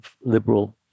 liberal